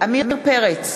עמיר פרץ,